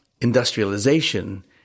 industrialization